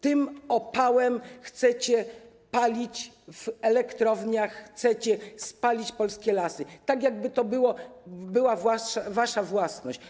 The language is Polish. Tym opałem chcecie palić w elektrowniach, chcecie spalić polskie lasy, tak jakby to była wasza własność.